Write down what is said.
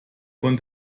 von